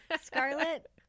scarlet